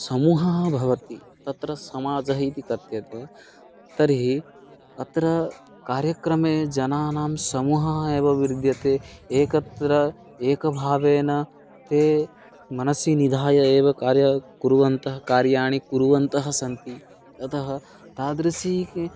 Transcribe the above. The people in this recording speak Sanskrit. समूहः भवति तत्र समाजः इति कथ्यते तर्हि अत्र कार्यक्रमे जनानां समूहाः एव विद्यन्ते एकत्र एकभावेन ते मनसि निधाय एव कार्यं कुर्वन्तः कार्याणि कुर्वन्तः सन्ति अतः तादृशी